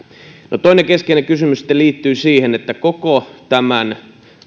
no toinen keskeinen kysymys sitten liittyy siihen että koko tämän